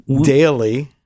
daily